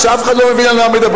כשאף אחד לא מבין על מה מדברים.